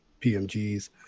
PMGs